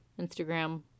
Instagram